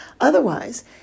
Otherwise